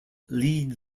lead